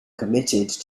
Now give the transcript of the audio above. committed